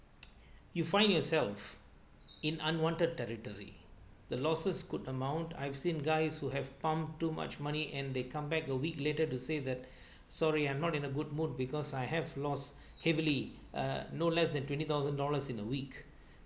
you find yourself in unwanted territory the losses could amount I've seen guys who have pumped too much money and they come back a week later to say that sorry I'm not in a good mood because I have lost heavily uh no less than twenty thousand dollars in a week